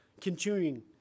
Continuing